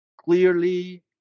clearly